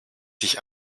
sich